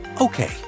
Okay